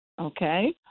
Okay